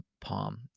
palm